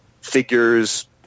Figures